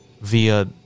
Via